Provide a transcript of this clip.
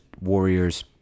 Warriors